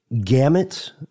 gamut